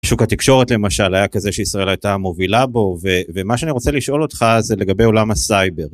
שוק התקשורת למשל היה כזה שישראל הייתה מובילה בו ומה שאני רוצה לשאול אותך זה לגבי עולם הסייבר.